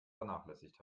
vernachlässigt